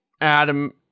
Adam